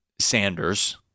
Sanders